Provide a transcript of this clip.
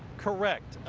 correct.